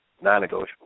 non-negotiable